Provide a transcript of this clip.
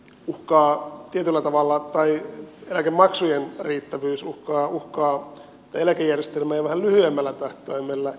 pukkaa tietyllä tavalla tai eläkemaksujen riittävyys uhkaa tätä eläkejärjestelmää jo vähän lyhyemmällä tähtäimellä